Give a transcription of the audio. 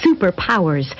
superpowers